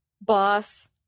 boss